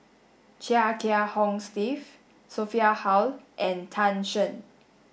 Chia Kiah Hong Steve Sophia Hull and Tan Shen